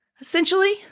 Essentially